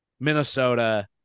Minnesota